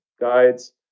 guides